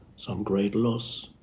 some great loss,